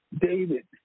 David